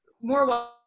more